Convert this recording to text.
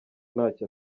ntacyo